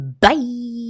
Bye